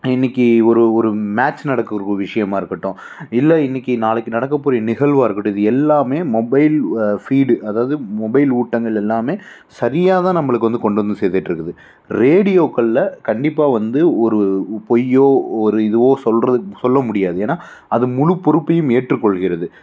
இன்றைக்கி ஒரு ஒரு மேட்ச் நடக்கின்ற ஒரு விஷியமாக இருக்கட்டும் இல்லை இன்றைக்கி நாளைக்கு நடக்கப் போகிற நிகழ்வாக இருக்கட்டும் இது எல்லாமே மொபைல் ஃபீடு அதாவது மொபைல் ஊட்டங்கள் எல்லாமே சரியாக தான் நம்மளுக்கு வந்து கொண்டு வந்து சேர்த்துட்டு இருக்குது ரேடியோக்களில் கண்டிப்பாக வந்து ஒரு பொய்யோ ஒரு இதுவோ சொல்கிறக்கு சொல்ல முடியாது ஏன்னால் அது முழுப் பொறுப்பையும் ஏற்றுக்கொள்கிறது